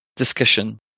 discussion